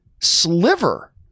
sliver